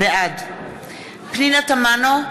בעד פנינה תמנו,